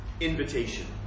invitation